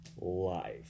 life